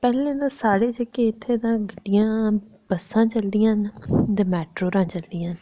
पैह्लें जेह्के साढ़े इत्थै तां गड्डियां ते बस्सां चलदियां न ते मेटाडोरां चलदियां न